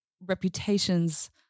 reputations